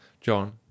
John